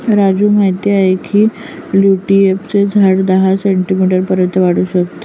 राजू माहित आहे की ट्यूलिपचे झाड दहा सेंटीमीटर पर्यंत वाढू शकते